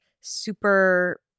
super –